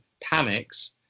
panics